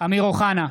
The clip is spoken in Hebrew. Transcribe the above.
אמיר אוחנה,